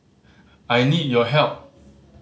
I need your help